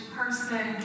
person